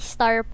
Star